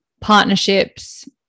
partnerships